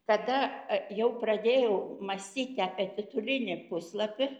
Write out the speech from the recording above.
kada jau pradėjau mąstyti apie titulinį puslapį